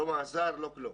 לא מאסר ולא כלום.